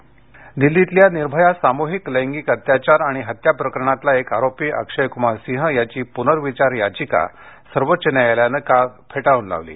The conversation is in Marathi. निर्भया दिल्लीतल्या निर्भया सामूहिक लैंगिक अत्याचार आणि हत्या प्रकरणातला एक आरोपी अक्षय कूमार सिंह याची पूनर्विचार याचिका सर्वोच्च न्यायालयानं काल फेटाळली